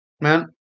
Man